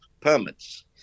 permits